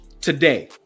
today